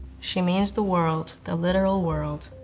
she means the world, the literal world.